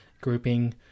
grouping